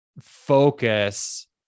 focus